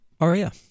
Aria